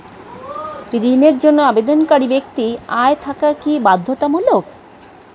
ঋণের জন্য আবেদনকারী ব্যক্তি আয় থাকা কি বাধ্যতামূলক?